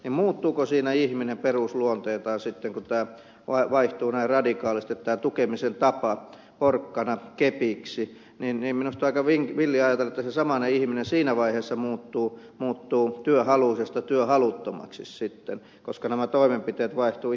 muuttuuko siinä ihminen perusluonteeltaan sitten kun tämä vaihtuu näin radikaalisti että tämä tukemisen tapa porkkana kepiksi niin minusta on aika villiä ajatella että se samainen ihminen siinä vaiheessa muuttuu työhaluisesta työhaluttomaksi sitten koska nämä toimenpiteet vaihtuvat ihan päinvastaisiksi